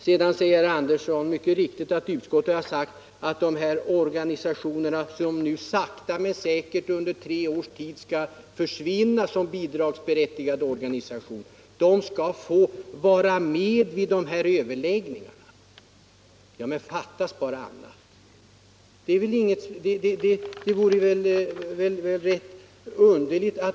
Sedan påpekar herr Andersson mycket riktigt att utskottet framhållit att de organisationer som nu sakta men säkert under tre års tid skall försvinna som bidragsberättigade organisationer skall få vara med vid de här överläggningarna. Ja, men fattas bara annat!